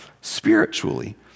spiritually